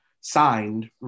signed